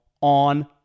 on